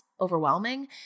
overwhelming